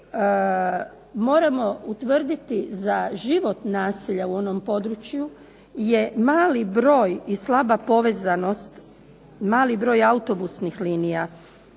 moramo utvrditi za život naselja u onom području je mali broj i slaba povezanost, mali broj autobusnih linija,